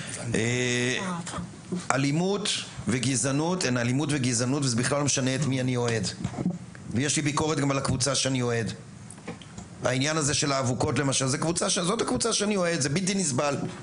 האמת היא שנכנסתי לנושא הזה של ספורט בעקבות מה שקרה בבית"ר ירושלים,